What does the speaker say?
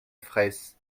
fraysse